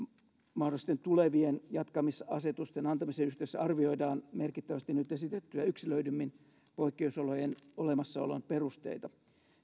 mahdollisten tulevien jatkamisasetusten antamisen yhteydessä arvioidaan merkittävästi nyt esitettyä yksilöidymmin poikkeusolojen olemassaolon perusteita